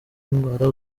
indwara